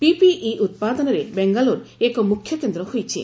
PPE ଉତ୍ପାଦନରେ ବେଙ୍ଗାଲୁରୁ ଏକ ମୁଖ୍ୟ କେନ୍ଦ୍ର ହୋଇଛି